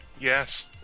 Yes